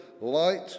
light